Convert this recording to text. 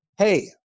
Hey